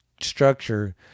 structure